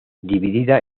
dividida